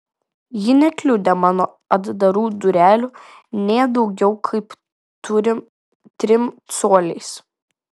ji nekliudė mano atdarų durelių ne daugiau kaip trim coliais